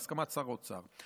בהסכמת שר האוצר.